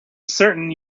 certain